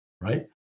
right